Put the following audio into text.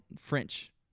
French